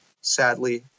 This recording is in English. Sadly